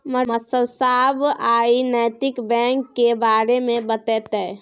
मास्साब आइ नैतिक बैंक केर बारे मे बतेतै